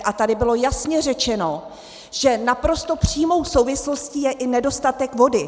A tady bylo jasně řečeno, že naprosto přímou souvislostí je i nedostatek vody.